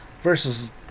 versus